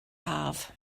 haf